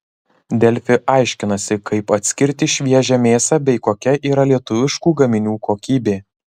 delfi aiškinasi kaip atskirti šviežią mėsą bei kokia yra lietuviškų gaminių kokybė